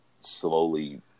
slowly